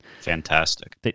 Fantastic